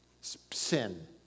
sin